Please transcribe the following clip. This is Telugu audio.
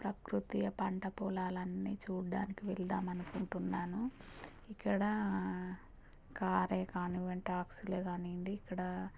ప్రకృతి పంట పొలాలు అన్ని చూడటానికి వెళదామని అనుకుంటున్నాను ఇక్కడ కారే కానివ్వండి టాక్సీలే కానివ్వండి ఇక్కడ